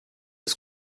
ist